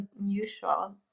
unusual